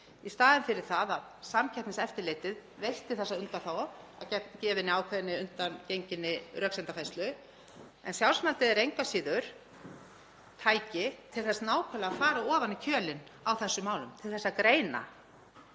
í staðinn fyrir það að Samkeppniseftirlitið veitti þessa undanþágu að gefinni ákveðinni undangenginni röksemdafærslu, en sjálfsmatið er engu að síður tæki til þess nákvæmlega að fara ofan í kjölinn á þessum málum, til að greina